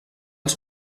els